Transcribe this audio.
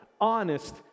honest